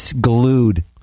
glued